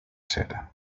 ser